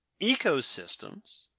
ecosystems